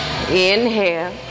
inhale